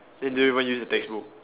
then they don't even use the textbook